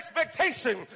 expectation